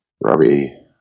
Robbie